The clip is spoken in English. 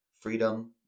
freedom